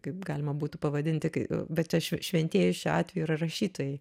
kaip galima būtų pavadinti kai bet čia šve šventieji šiuo atveju yra rašytojai